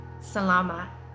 Salama